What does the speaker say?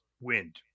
wind